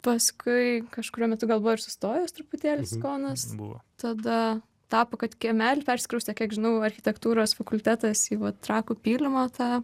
paskui kažkuriuo metu gal buvo ir sustojęs truputėlį sikonas tada tapo kad kiemely persikraustė kiek žinau architektūros fakultetas į vat trakų pylimą tą